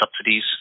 subsidies